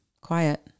quiet